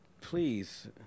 please